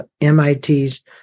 MIT's